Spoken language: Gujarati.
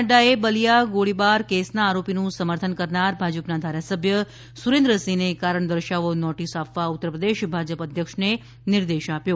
નક્રાએ બલિયા ગોળીબાર કેસના આરોપીનું સમર્થન કરનાર ભાજપના ધારાસભ્ય સુરેન્દ્રસિંહને કારણદર્શાવો નોટીસ આપવા ઉત્તરપ્રદેશ ભાજપ અધ્યક્ષને નિર્દેશ આપ્યો છે